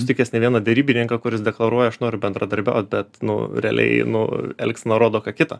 sutikęs ne vieną derybininką kuris deklaruoja aš noriu bendradarbiaut bet nu realiai nu elgsena rodo ką kitą